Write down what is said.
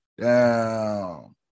down